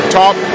top